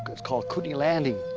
it's called kootenay landing.